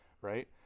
Right